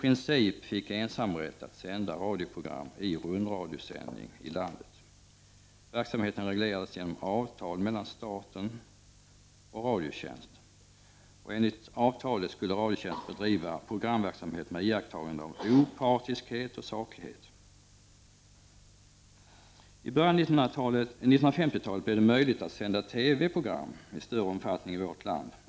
I början av 1950-talet blev det möjligt att sända TV-program i större omfattning i vårt land.